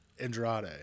Andrade